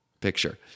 picture